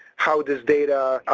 how this data, ah,